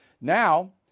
Now